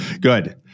Good